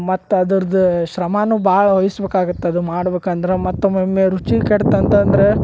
ಮತ್ತೆ ಅದರ್ದ ಶ್ರಮಾನೂ ಭಾಳ್ ವಹಿಸ್ಬೇಕಾಗತ್ತದ ಮಾಡ್ಬೇಕಂದ್ರ ಮತ್ತೊಮೊಮ್ಮೆ ರುಚಿ ಕೆಡ್ತ ಅಂತಂದ್ರ